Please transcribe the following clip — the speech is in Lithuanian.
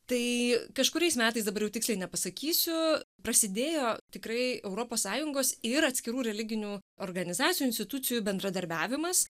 tai kažkuriais metais dabar jau tiksliai nepasakysiu prasidėjo tikrai europos sąjungos ir atskirų religinių organizacijų institucijų bendradarbiavimas